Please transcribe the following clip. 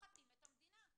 סוחטים את המדינה.